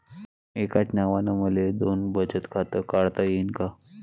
एकाच नावानं मले दोन बचत खातं काढता येईन का?